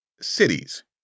Cities